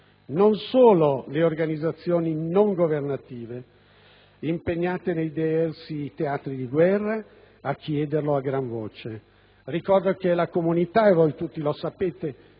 sono solo le organizzazioni non governative impegnate nei diversi teatri di guerra a chiederlo a gran voce: ricordo che la comunità internazionale